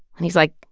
and he's like,